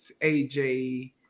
AJ